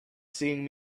seeing